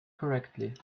correctly